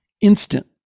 instant